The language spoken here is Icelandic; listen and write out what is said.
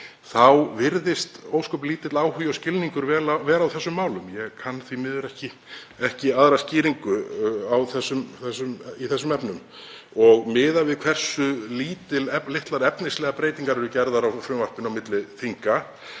þá virðist ósköp lítill áhugi og skilningur vera á þessum málum. Ég kann því miður ekki aðra skýringu í þeim efnum. Miðað við hversu litlar efnislegar breytingar eru gerðar á frumvarpinu á milli þinga